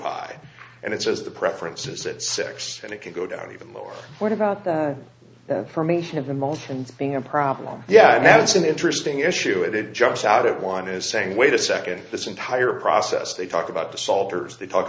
high and it says the preference is that six and it could go down even lower what about that for me to mulch and being a problem yeah that's an interesting issue and it jumps out of one is saying wait a second this entire process they talk about the salters they talk